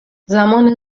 زمان